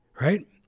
right